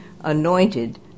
anointed